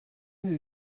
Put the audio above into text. sie